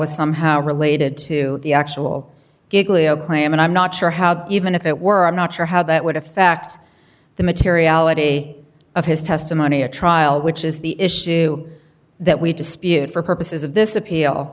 was somehow related to the actual glee a claim and i'm not sure how even if it were i'm not sure how that would affect the materiality of his testimony at trial which is the issue that we dispute for purposes of this appeal